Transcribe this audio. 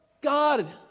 God